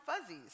fuzzies